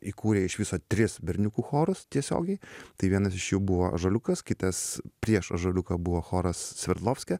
įkūrė iš viso tris berniukų chorus tiesiogiai tai vienas iš jų buvo ąžuoliukas kitas prieš ąžuoliuką buvo choras sverdlovske